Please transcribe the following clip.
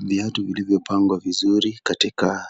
Viatu vilivyopangwa vizuri katika